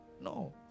No